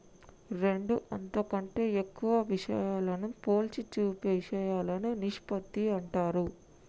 రెండు అంతకంటే ఎక్కువ విషయాలను పోల్చి చూపే ఇషయాలను నిష్పత్తి అంటారు